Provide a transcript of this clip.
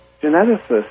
genetics